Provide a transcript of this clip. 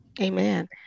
Amen